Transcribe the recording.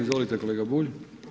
Izvolite kolega Bulj.